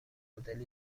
نودل